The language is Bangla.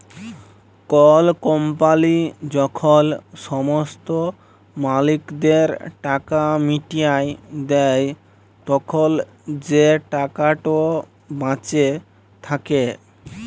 কল কম্পালি যখল সমস্ত মালিকদের টাকা মিটাঁয় দেই, তখল যে টাকাট বাঁচে থ্যাকে